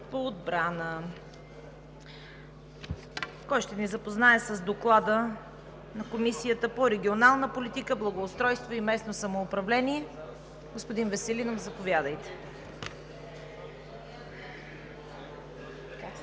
по отбрана. Кой ще ни запознае с Доклада на Комисията по регионална политика, благоустройство и местно самоуправление? Господин Веселинов, заповядайте.